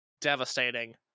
devastating